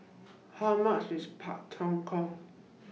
How much IS Pak Thong Ko